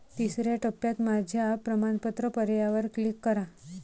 तिसर्या टप्प्यात माझ्या प्रमाणपत्र पर्यायावर क्लिक करा